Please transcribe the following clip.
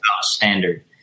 standard